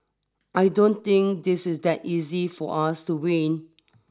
I don't think this is that easy for us to win